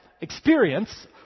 experience